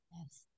Yes